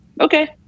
okay